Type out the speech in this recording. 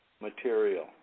material